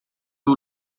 two